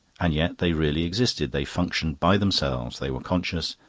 and yet they really existed, they functioned by themselves, they were conscious,